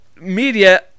media